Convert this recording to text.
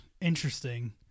interesting